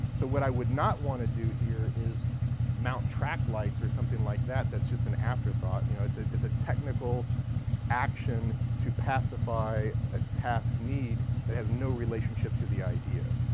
so what i would not want to do here is mount track lights or something like that that's just an afterthought. you know, it's ah it's a technical action to pacify a task need that has no relationship to the idea.